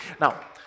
Now